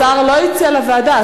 השר לא הציע לוועדה.